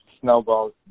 snowballs